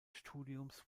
studiums